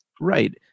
Right